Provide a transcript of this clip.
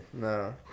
No